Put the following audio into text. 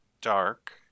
dark